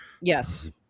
Yes